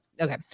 okay